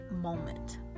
moment